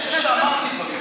אני חושב שאמרתי דברים של טעם.